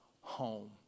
home